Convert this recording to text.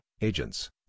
agents